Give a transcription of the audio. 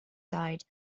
died